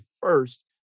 first